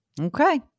Okay